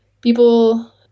People